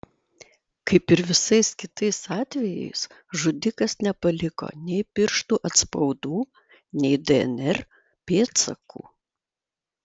kaip ir visais kitais atvejais žudikas nepaliko nei pirštų atspaudų nei dnr pėdsakų